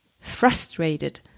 frustrated